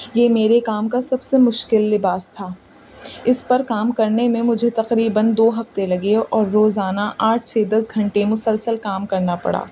یہ میرے کام کا سب سے مشکل لباس تھا اس پر کام کرنے میں مجھے تقریباً دو ہفتے لگے اور روزانہ آٹھ سے دس گھنٹے مسلسل کام کرنا پڑا